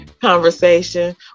conversation